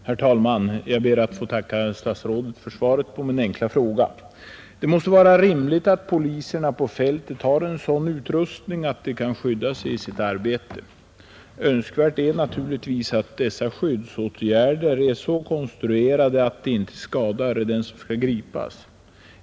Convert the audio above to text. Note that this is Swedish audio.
Herr talman! Jag ber att få tacka statsrådet för svaret på min enkla fråga. Det måste vara rimligt att poliserna på fältet har en sådan utrustning att de kan skydda sig i sitt arbete. Önskvärt är naturligtvis att dessa skyddsåtgärder är så konstruerade att de inte skadar den som skall gripas.